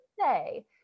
say